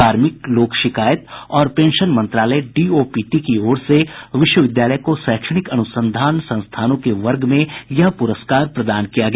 कार्मिक लोक शिकायत और पेंशन मंत्रालय डीओपीटी की ओर से विश्वविद्यालय को शैक्षणिक अनुसंधान संस्थानों के वर्ग में यह प्रस्कार प्रदान किया गया